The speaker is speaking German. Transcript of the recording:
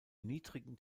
niedrigen